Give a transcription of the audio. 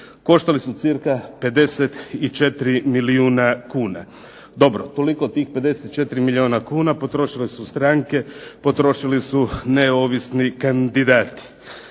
koštali su cirka 54 milijuna kuna. Dobro toliko od tih 54 milijuna kuna potrošile su stranke, potrošili su neovisni kandidati.